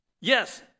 Yes